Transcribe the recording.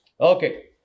Okay